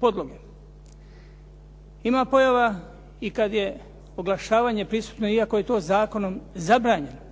podloge. Ima pojava i kad je oglašavanje prisutno, iako je to zakonom zabranjeno.